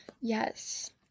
Yes